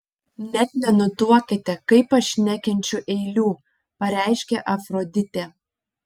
net nenutuokiate kaip aš nekenčiu eilių pareiškė afroditė